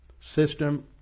system